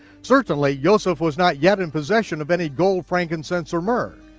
certainly yoseph was not yet in possession of any gold, frankincense, or myrrh.